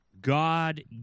God